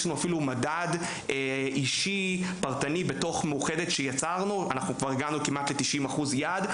יש לנו אפילו מדד פרטני שיצרנו בתוך מאוחדת והגענו כבר ל-50% יעד.